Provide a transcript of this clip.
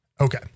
Okay